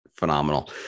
Phenomenal